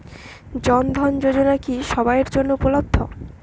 জন ধন যোজনা কি সবায়ের জন্য উপলব্ধ?